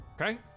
Okay